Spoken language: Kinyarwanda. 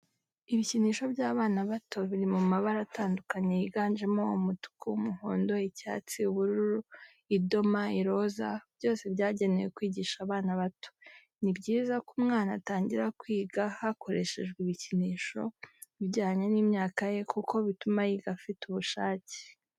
Ibikinisho by'abana bato biri mu mabara atandukanye yiganjemo umutuku, umuhondo, icyatsi, ubururu, idoma, iroza, byose byagenewe kwigisha abana bato. Ni byiza ko umwana atangira kwiga hakoreshejwe ibikinisho bijyanye n'imyaka ye kuko bituma yiga afite ubushake.